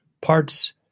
parts